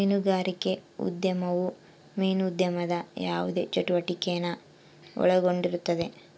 ಮೀನುಗಾರಿಕೆ ಉದ್ಯಮವು ಮೀನು ಉದ್ಯಮದ ಯಾವುದೇ ಚಟುವಟಿಕೆನ ಒಳಗೊಂಡಿರುತ್ತದೆ